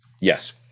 Yes